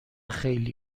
خیلی